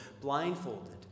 blindfolded